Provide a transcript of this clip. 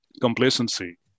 complacency